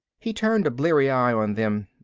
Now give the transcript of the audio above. he turned a bleary eye on them.